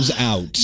out